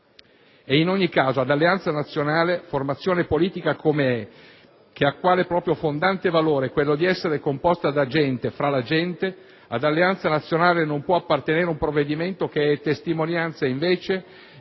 In ogni caso ad Alleanza Nazionale, formazione politica come è, che ha quale proprio fondante valore quello di essere composta da gente, fra la gente, non può appartenere un provvedimento che è testimonianza, invece,